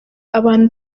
abantu